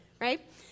right